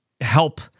help